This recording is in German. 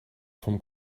vom